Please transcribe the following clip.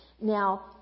Now